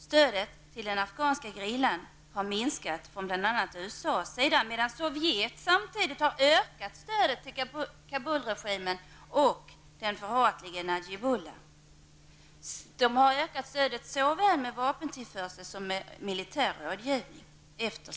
Stödet till den afghanska gerillan har minskat från bl.a. USAs sida, medan Sovjet efter sitt uttåg från Afghanistan 1989 har ökat sitt stöd till Kabulregimen och den förhatlige Nadjibullah när det gäller såväl vapentillförsel som militär rådgivning.